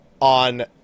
on